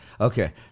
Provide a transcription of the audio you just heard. Okay